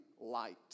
light